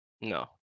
No